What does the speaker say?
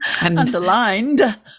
underlined